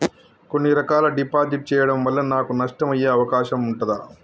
కొన్ని రకాల డిపాజిట్ చెయ్యడం వల్ల నాకు నష్టం అయ్యే అవకాశం ఉంటదా?